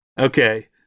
Okay